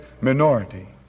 minority